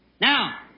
Now